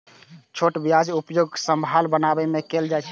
छोट प्याजक उपयोग सांभर बनाबै मे कैल जाइ छै